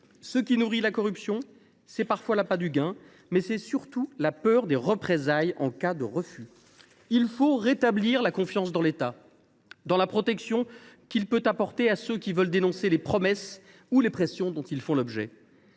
Ce qui nourrit la corruption, c’est parfois l’appât du gain, mais c’est surtout la peur des représailles en cas de refus. Il faut rétablir la confiance dans l’État, dans la protection qu’il peut apporter à ceux qui veulent dénoncer les promesses ou les pressions dont ils font l’objet.